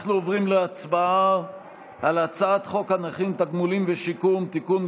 אנחנו עוברים להצבעה על הצעת חוק הנכים (תגמולים ושיקום) (תיקון,